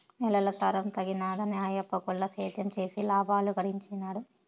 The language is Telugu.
నేలల సారం తగ్గినాదని ఆయప్ప గుల్ల సేద్యం చేసి లాబాలు గడించినాడు